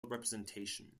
representation